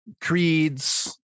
creeds